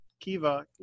Kiva